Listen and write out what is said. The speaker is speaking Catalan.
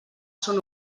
són